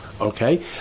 Okay